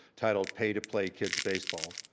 titled pay to play kids baseball.